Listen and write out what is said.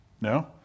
No